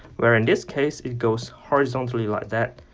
where in this case it goes horizontally like that.